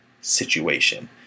situation